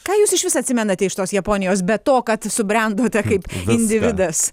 ką jūs išvis atsimenate iš tos japonijos be to kad subrendote kaip individas